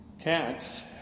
Cats